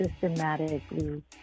systematically